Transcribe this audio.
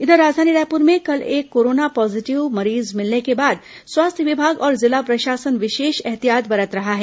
इधर राजधानी रायपुर में कल एक कोरोना पॉजिटिव मरीज मिलने के बाद स्वास्थ्य विभाग और जिला प्रशासन विशेष ऐहतियात बरत रहा है